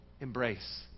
embrace